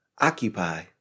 Occupy